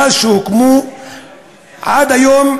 מאז הוקמו ועד היום,